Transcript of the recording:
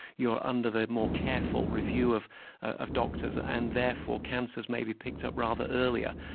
you are under the more careful review of of doctors, and therefore cancers may be picked up rather earlier.